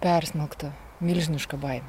persmelkta milžiniška baime